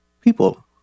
people